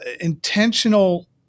intentional